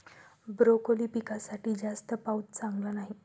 broccoli पिकासाठी जास्त पाऊस चांगला नाही